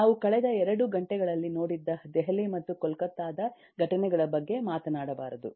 ನಾವು ಕಳೆದ ಎರಡು ಗಂಟೆಗಳಲ್ಲಿ ನೋಡಿದ್ದದೆಹಲಿ ಮತ್ತು ಕೋಲ್ಕತ್ತಾದ ಘಟನೆಗಳ ಬಗ್ಗೆ ಮಾತನಾಡಬಾರದು